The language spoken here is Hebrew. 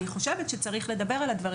אני חושבת שצריך לדבר על הדברים.